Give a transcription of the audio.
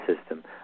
system